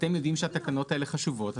אתם יודעים שהתקנות האלה חשובות,